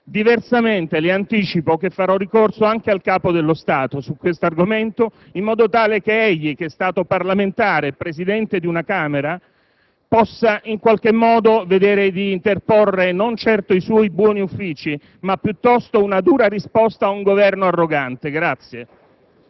Diversamente, le anticipo che farò ricorso anche al Capo dello Stato su questo argomento, in modo tale che egli, che è stato parlamentare e Presidente di una Camera, possa vedere di interporre non certo i suoi buoni uffici, ma piuttosto una dura risposta ad un Governo arrogante.